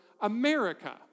America